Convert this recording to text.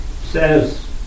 says